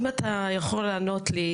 אם אתה יכול לענות לי.